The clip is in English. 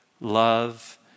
love